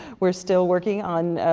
we are still working on